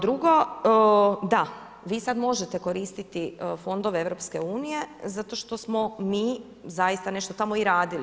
Drugo, da vi sad možete koristiti fondove EU zato što smo mi zaista nešto tamo i radili.